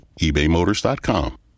ebaymotors.com